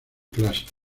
clásica